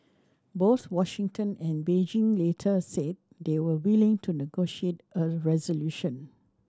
both Washington and Beijing later said they were willing to negotiate a resolution